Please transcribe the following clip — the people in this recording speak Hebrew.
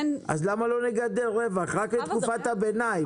למה לא לגדר רווח רק לתקופת הביניים?